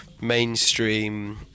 mainstream